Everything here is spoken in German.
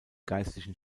geistlichen